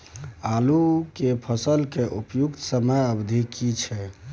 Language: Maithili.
आलू के फसल के उपयुक्त समयावधि की छै?